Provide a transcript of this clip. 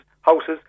houses